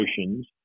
oceans